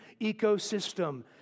ecosystem